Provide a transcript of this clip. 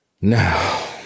Now